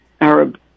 Arab